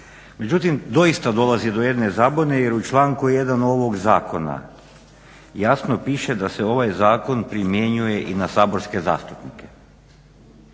Međutim, doista dolazi do jedne zabune jer u članku 1. ovog zakona jasno piše da se ovaj zakon primjenjuje i na saborske zastupnike